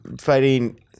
fighting